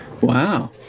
Wow